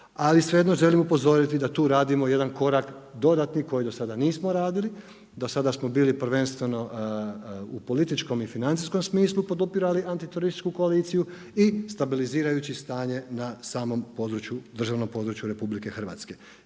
ali svejedno želim upozoriti da tu radimo jedan korak koji dosada nismo radili. Do sada smo bili prvenstveno u političkom i financijskom smislu podupirali antiterorističku koaliciju i stabilizirajući stanje na samom području, državnom području Republike Hrvatske.